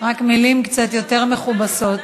רק מילים קצת יותר מכובסות.